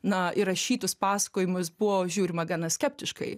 na įrašytus pasakojimus buvo žiūrima gana skeptiškai